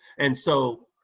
and so,